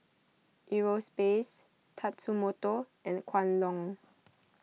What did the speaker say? Eurospace Tatsumoto and Kwan Loong